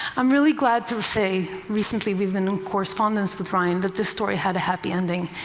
i'm really glad to say recently, we've been in correspondence with ryan that this story had a happy ending.